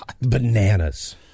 Bananas